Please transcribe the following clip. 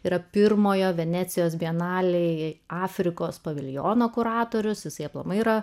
yra pirmojo venecijos afrikos paviljono kuratorius jisai aplamai yra